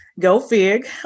GoFig